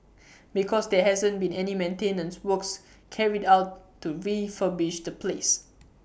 because there hasn't been any maintenance works carried out to refurbish the place